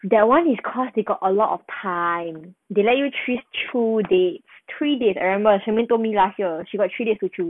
that [one] is cause they got a lot of time they let you choose two day three days I remember shermaine told me last year she got three days to choose